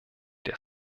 der